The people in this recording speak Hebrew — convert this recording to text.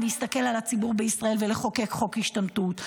להסתכל על הציבור בישראל ולחוקק חוק השתמטות.